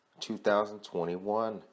2021